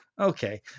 okay